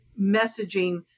messaging